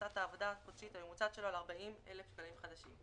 הכנסת העבודה החודשית הממוצעת שלו על 40,000 שקלים חדשים.